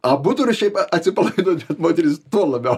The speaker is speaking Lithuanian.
abu turi šiaip atsipalaiduot bet moteris tuo labiau